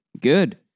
Good